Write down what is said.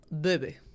Baby